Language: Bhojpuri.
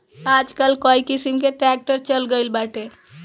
आजकल कई किसिम कअ ट्रैक्टर चल गइल बाटे